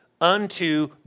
unto